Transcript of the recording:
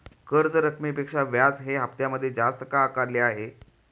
कर्ज रकमेपेक्षा व्याज हे हप्त्यामध्ये जास्त का आकारले आहे?